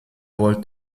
walt